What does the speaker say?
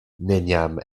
neniam